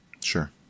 Sure